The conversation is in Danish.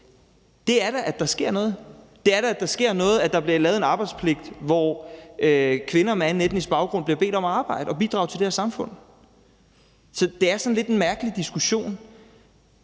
til flygtningestatus. Det viser da, at der sker noget, at der bliver lavet en arbejdspligt, hvor kvinder med anden etnisk baggrund bliver bedt om at arbejde og bidrage til det her samfund. Så det er sådan lidt en mærkelig diskussion